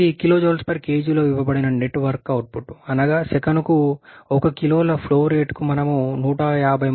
ఇది kJkgలో ఇవ్వబడిన నెట్ వర్క్ అవుట్పుట్ అనగా సెకనుకు 1 కిలోల ఫ్లోరేట్కు మనం 153